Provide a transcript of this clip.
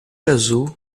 azul